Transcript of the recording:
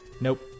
Nope